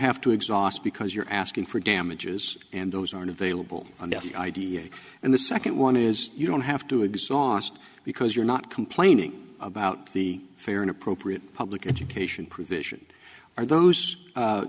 have to exhaust because you're asking for damages and those aren't available on the i d s and the second one is you don't have to exhaust because you're not complaining about the fair and appropriate public education provision are those